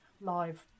live